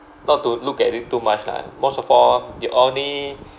not to look at it too much lah most of all the only